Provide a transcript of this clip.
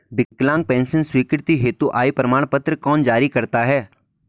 विकलांग पेंशन स्वीकृति हेतु आय प्रमाण पत्र कौन जारी करता है?